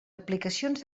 aplicacions